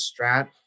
Strat